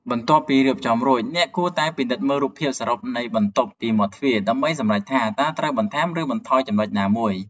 បន្ទាប់ពីរៀបចំរួច អ្នកគួរតែពិនិត្យមើលរូបភាពសរុបនៃបន្ទប់ពីមាត់ទ្វារ ដើម្បីសម្រេចថាតើត្រូវបន្ថែម ឬបន្ថយចំណុចណាមួយ។